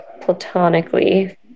platonically